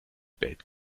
bellt